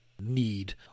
need